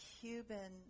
Cuban